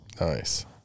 Nice